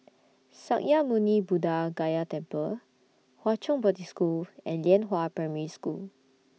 Sakya Muni Buddha Gaya Temple Hwa Chong Boarding School and Lianhua Primary School